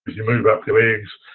you move up your legs